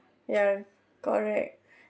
ya correct